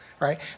right